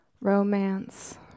Romance